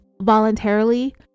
voluntarily